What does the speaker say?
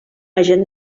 agent